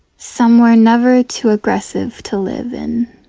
somewhere never too aggressive to live in